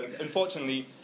unfortunately